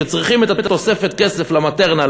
שצריכים את תוספת הכסף ל"מטרנה",